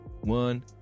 one